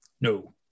No